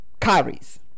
carries